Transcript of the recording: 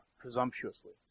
presumptuously